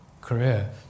career